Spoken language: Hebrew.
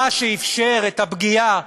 מה שאפשר את הפגיעה